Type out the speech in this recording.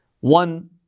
one